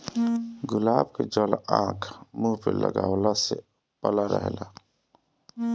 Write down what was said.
गुलाब के जल आँख, मुंह पे लगवला से पल्ला रहेला